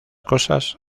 cosas